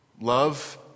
love